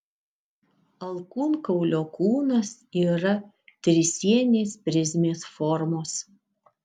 alkūnkaulio kūnas yra trisienės prizmės formos